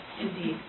indeed